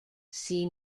sea